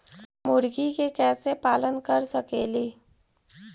मुर्गि के कैसे पालन कर सकेली?